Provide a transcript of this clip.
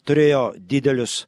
turėjo didelius